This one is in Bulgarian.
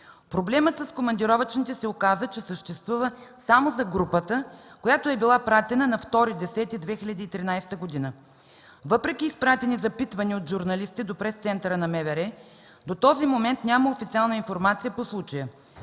Проблемът с командировъчните се оказа, че съществува само за групата, която е била пратена на 2 октомври 2013 г. Въпреки изпратени запитвания от журналисти до пресцентъра на МВР, до този момент няма официална информация по случая.